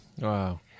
Wow